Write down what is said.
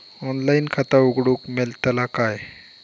Online खाता उघडूक मेलतला काय?